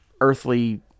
earthly